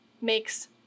makes